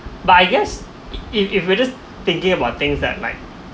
but I guess if if we're just thinking about things that like